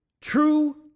True